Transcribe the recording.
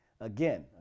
Again